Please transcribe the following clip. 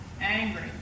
angry